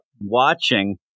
watching